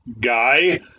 Guy